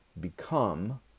become